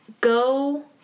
Go